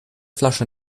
flasche